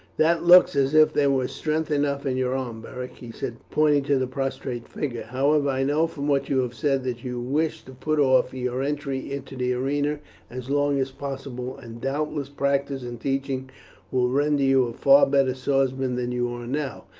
that looks as if there was strength enough in your arm, beric, he said pointing to the prostrate figure. however, i know from what you have said that you wish to put off your entry into the arena as long as possible, and doubtless practice and teaching will render you a far better swordsman than you are now.